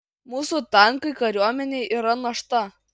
mūsų tankai kariuomenei yra našta